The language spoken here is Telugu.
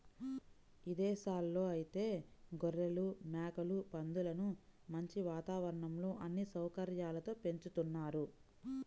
ఇదేశాల్లో ఐతే గొర్రెలు, మేకలు, పందులను మంచి వాతావరణంలో అన్ని సౌకర్యాలతో పెంచుతున్నారు